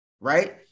right